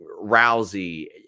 Rousey